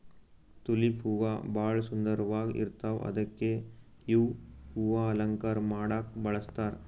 tulip ಹೂವಾ ಭಾಳ್ ಸುಂದರ್ವಾಗ್ ಇರ್ತವ್ ಅದಕ್ಕೆ ಇವ್ ಹೂವಾ ಅಲಂಕಾರ್ ಮಾಡಕ್ಕ್ ಬಳಸ್ತಾರ್